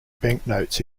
banknotes